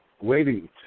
waiting